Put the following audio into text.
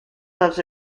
doves